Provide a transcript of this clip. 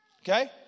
Okay